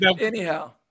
Anyhow